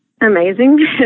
Amazing